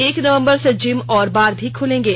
एक नवंबर से जिम और बार भी खुलेंगे